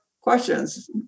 questions